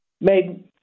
made